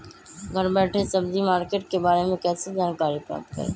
घर बैठे सब्जी मार्केट के बारे में कैसे जानकारी प्राप्त करें?